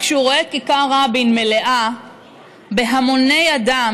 כשהוא רואה את כיכר רבין מלאה בהמוני אדם